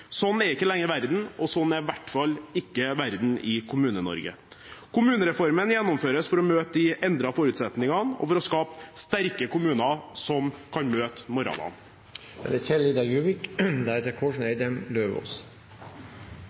Sånn er ikke verden lenger, og sånn er i hvert fall ikke verden i Kommune-Norge. Kommunereformen gjennomføres for å møte de endrede forutsetningene og for å skape sterke kommuner som kan møte morgendagen. I dag skal denne salen overkjøre lokaldemokratiet. Man kan jo si at det